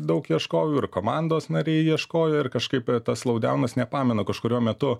daug ieškojau ir komandos nariai ieškojo ir kažkaip tas sloudiaunas nepamenu kažkuriuo metu